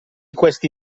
queste